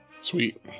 Sweet